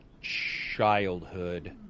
childhood